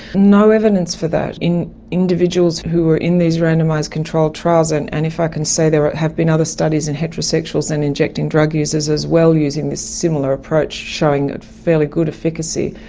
no evidence for that in individuals who are in these randomised controlled trials, and and, if i can say, there have been other studies in heterosexuals and injecting drug users as well using this similar approach showing a fairly good efficacy.